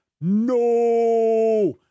No